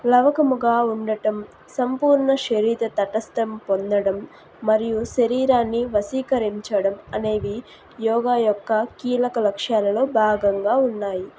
లవకముగా ఉండడం సంపూర్ణ శరీర తటస్థం పొందడం మరియు శరీరాన్ని వశీకరించడం అనేవి యోగా యొక్క కీలక లక్ష్యాలలో భాగంగా ఉన్నాయి